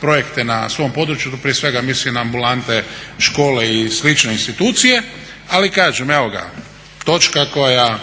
projekte na svom području, tu prije svega mislim na ambulante, škole i slične institucije. Ali kažem evo ga točka koja